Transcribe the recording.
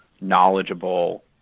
knowledgeable